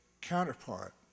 counterpart